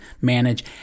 manage